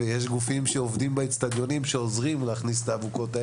יש גופים שעובדים באצטדיונים שעוזרים להכניס את האבוקות.